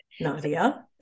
Nadia